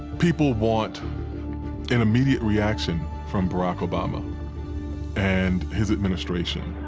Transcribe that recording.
people want an immediate reaction from barack obama and his administration.